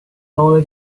only